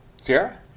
Sierra